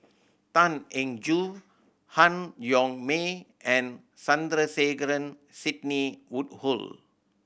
Tan Eng Joo Han Yong May and Sandrasegaran Sidney Woodhull